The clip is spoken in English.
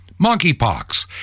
monkeypox